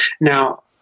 Now